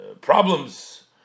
problems